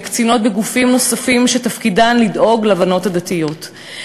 וקצינות בגופים נוספים שתפקידן לדאוג לבנות הדתיות.